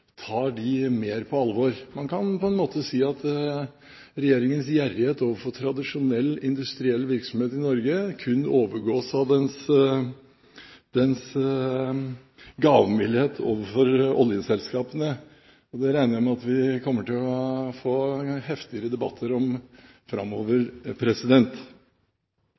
tar dem mer på alvor. Man kan på en måte si at regjeringens gjerrighet overfor tradisjonell industriell virksomhet i Norge kun overgås av dens gavmildhet overfor oljeselskapene. Det regner jeg med at vi kommer til å få heftigere debatter om framover.